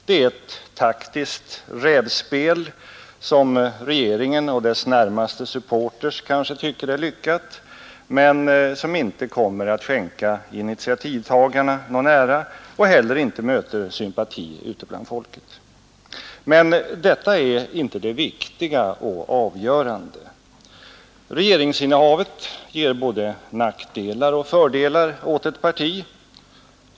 Det är ett taktiskt rävspel, som regeringen och dess närmaste supporters kanske tycker är lyckat, men som inte kommer att skänka initiativtagarna någon ära och heller inte möter sympati ute bland folket. Men detta är inte det viktiga och avgörande. Regeringsinnehavet ger både nackdelar och fördelar åt ett parti.